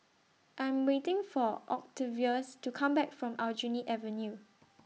I'm waiting For Octavius to Come Back from Aljunied Avenue